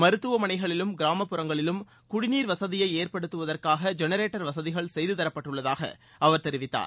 மருத்துவமனைகளிலும் கிராமப்புறங்களிலும் குடிநீர் வசதியை ஏற்படுத்துவதற்காக ஜெனரேட்டர் வசதிகள் செய்து தரப்பட்டுள்ளதாக அவர் தெரிவித்தார்